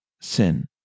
sin